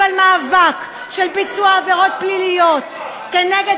אבל מאבק של ביצוע עבירות פליליות כנגד